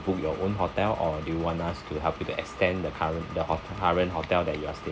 book your own hotel or do you want us to help you to extend the current the hot~ current hotel that you are staying